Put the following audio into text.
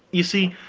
you see,